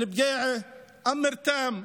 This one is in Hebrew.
אל-בקיעה, אום רתאם,